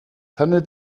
handelt